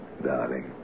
darling